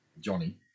Johnny